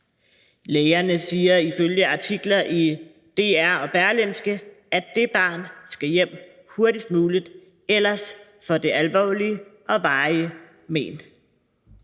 Lægerne siger ifølge artikler i DR og Berlingske, at det barn skal hjem hurtigst muligt; ellers får det alvorlige og varige men.